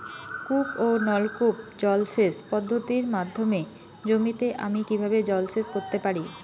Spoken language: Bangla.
কূপ ও নলকূপ জলসেচ পদ্ধতির মাধ্যমে জমিতে আমি কীভাবে জলসেচ করতে পারি?